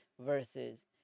versus